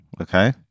Okay